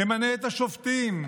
נמנה את השופטים,